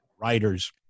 writers